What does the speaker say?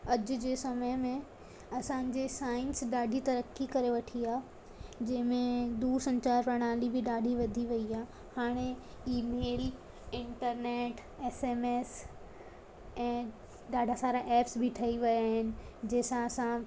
अॼुजे समय में असांजी साइंस ॾाढी तरक्की करे वठी आहे जंहिंमे दूरि संचार प्रणाली बि ॾाढी वधी वई आहे हाणे email internet S M S ऐं ॾाढा सारा ऐप्स बि ठही विया आहिनि जंहिंसां असां